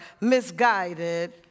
misguided